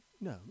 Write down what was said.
no